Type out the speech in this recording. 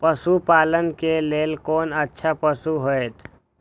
पशु पालै के लेल कोन अच्छा पशु होयत?